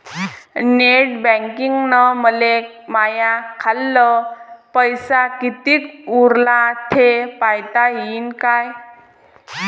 Net बँकिंगनं मले माह्या खाल्ल पैसा कितीक उरला थे पायता यीन काय?